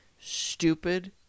stupid